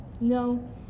no